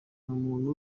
umuntu